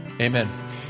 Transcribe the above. Amen